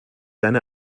deine